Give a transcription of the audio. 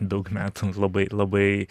daug metų labai labai